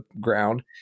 ground